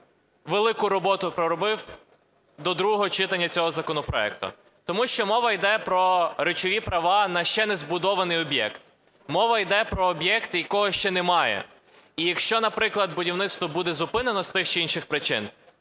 велику роботу проробив до другого читання цього законопроекту, тому що мова йде про речові права на ще не збудований об'єкт. Мова йде про об'єкт, якого ще немає. І якщо, наприклад, будівництво буде зупинено з тих чи інших причин,